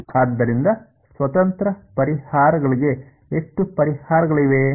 ಆದ್ದರಿಂದ ಸ್ವತಂತ್ರ ಪರಿಹಾರಗಳಿಗೆ ಎಷ್ಟು ಪರಿಹಾರಗಳಿವೆ